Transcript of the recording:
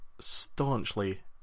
staunchly